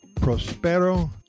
Prospero